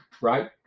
right